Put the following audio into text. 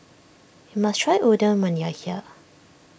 you must try Udon when you are here